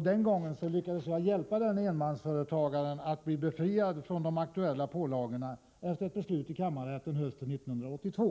Den gången lyckades jag hjälpa en enmansföretagare, så att han kunde bli befriad från de aktuella pålagorna. Detta skedde efter ett beslut i kammarrätten hösten 1982.